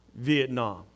Vietnam